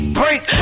break